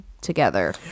together